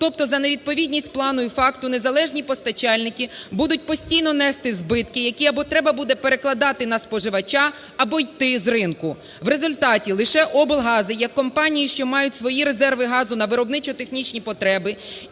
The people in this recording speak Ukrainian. тобто за невідповідність плану і факту незалежні постачальники будуть постійно нести збитки, які або треба буде перекладати на споживача, або йти з ринку. В результати лише облгази як компанії, що мають свої резерви газу на виробничо-технічні потреби,